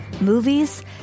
movies